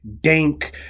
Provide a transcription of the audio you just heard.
dank